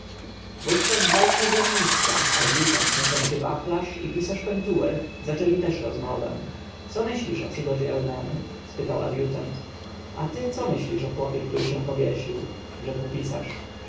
wówczas dwaj słudzy ministra adjutant niosący wachlarz i pisarz pentuer zaczęli też rozmowę co myślisz o przygodzie eunany spytał adjutant a ty co myślisz o chłopie który się powiesił rzekł pisarz